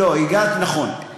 נכון.